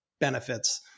benefits